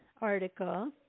article